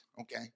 okay